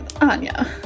Anya